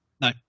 No